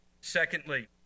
Secondly